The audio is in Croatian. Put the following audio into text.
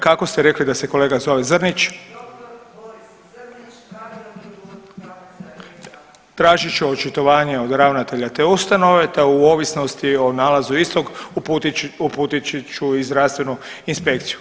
Kako ste rekli da se kolega zove Zrnić? … [[Upadica se ne razumije.]] Tražit ću očitovanje od ravnatelja te ustanove te u ovisnosti o nalazu istog uputit ću i zdravstvenu inspekciju.